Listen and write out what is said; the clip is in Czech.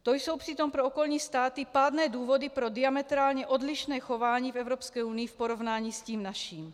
To jsou přitom pro okolní státy pádné důvody pro diametrálně odlišné chování v Evropské unii v porovnání s tím naším.